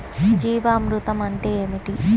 జీవామృతం అంటే ఏమిటి?